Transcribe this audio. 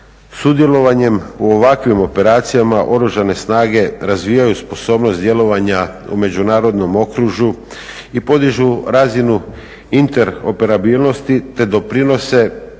Sudjelovanjem u ovakvim operacijama oružane snage razvijaju sposobnost djelovanja u međunarodnom okružju i podižu razinu interoperabilnosti te doprinose afirmaciji